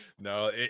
no